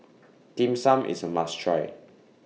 Dim Sum IS A must Try